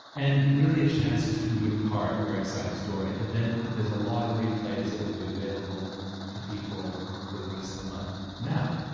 and really a chance to impart a very exciting story. and then there's a lot of replays that will be available to people for the rest of the month. now,